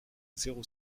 zéro